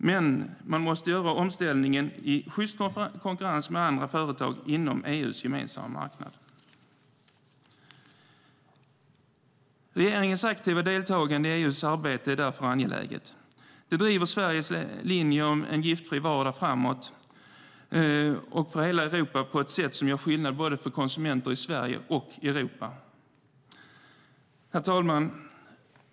Men man måste göra omställningen i sjyst konkurrens med andra företag inom EU:s gemensamma marknad. Regeringens aktiva deltagande i EU:s arbete är därför angeläget. Det driver Sveriges linje om en giftfri vardag framåt för hela Europa på ett sätt som gör skillnad för konsumenter både i Sverige och i Europa. Herr talman!